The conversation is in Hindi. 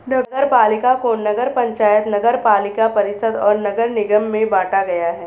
नगरपालिका को नगर पंचायत, नगरपालिका परिषद और नगर निगम में बांटा गया है